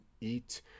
eat